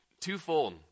twofold